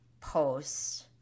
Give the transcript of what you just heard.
post